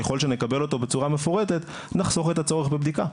ככל שנקבל אותו בצורה מפורטת נחסוך את הצורך בבדיקה.